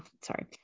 sorry